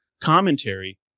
commentary